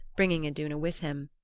bringing iduna with him,